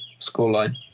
scoreline